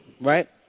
right